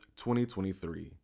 2023